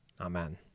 Amen